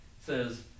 says